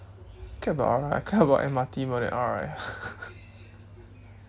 who care about R_I I care about M_R_T more than R_I